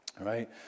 right